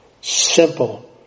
Simple